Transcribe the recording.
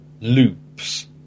loops